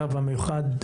בפריפריה רק בזמני בחירות.